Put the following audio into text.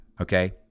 Okay